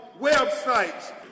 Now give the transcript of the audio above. websites